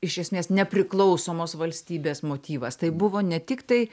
iš esmės nepriklausomos valstybės motyvas tai buvo ne tiktai